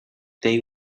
they